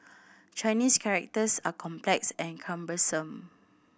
Chinese characters are complex and cumbersome